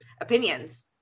opinions